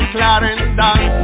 Clarendon